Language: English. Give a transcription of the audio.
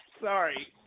Sorry